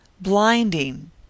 blinding